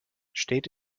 steht